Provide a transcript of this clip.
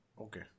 Okay